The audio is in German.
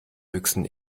höchsten